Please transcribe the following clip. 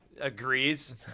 agrees